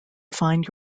find